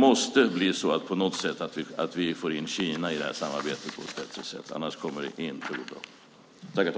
På något sätt måste vi få in Kina i samarbetet på ett bättre sätt, annars kommer det inte att